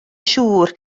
siŵr